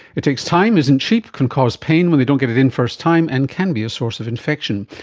it takes time, isn't cheap, can cause pain when they don't get it in first time, and can be a source of infection.